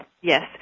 Yes